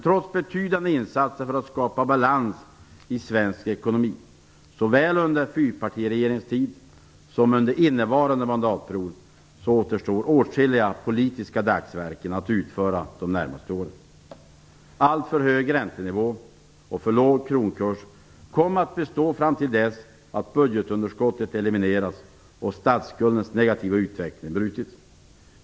Trots betydande insatser för att skapa balans i svensk ekonomi - såväl under fyrpartiregeringens tid som under innevarande mandatperiod - återstår åtskilliga politiska dagsverken att utföra de närmaste åren. Alltför hög räntenivå och för låg kronkurs kommer att bestå fram till dess att budgetunderskottet eliminerats och statsskuldens negativa utveckling brutits.